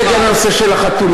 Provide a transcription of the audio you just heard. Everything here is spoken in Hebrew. עוד מעט אני אגיע לנושא של החתונה.